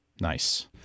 Nice